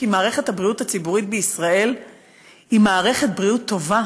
כי מערכת הבריאות הציבורית בישראל היא מערכת בריאות טובה.